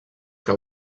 que